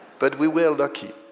but we were lucky,